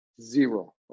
Zero